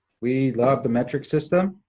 we love the metric system.